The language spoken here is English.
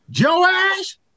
Joash